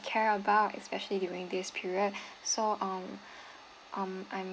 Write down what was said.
care about especially during this period son um um I'm